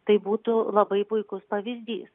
tai būtų labai puikus pavyzdys